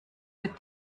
with